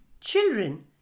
Children